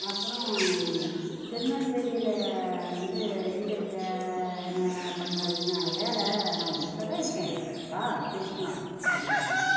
அப்பறம் திருநெல்வேலியில வந்து எங்கேயிருக்க என்ன பண்ணுற அப்படினா ஏல நான் வீட்லதான் இருக்கேன் வா பேசிக்கலாம் அப்படிம்பாங்க